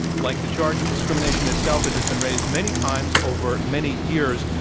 like the charge of discrimination itself, it has been raised many times over many years.